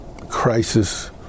crisis